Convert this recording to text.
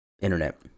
internet